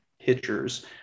pitchers